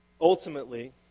ultimately